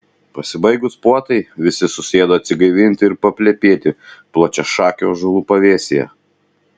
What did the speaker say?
pasibaigus puotai visi susėdo atsigaivinti ir paplepėti plačiašakių ąžuolų pavėsyje